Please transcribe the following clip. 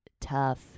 tough